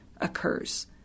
occurs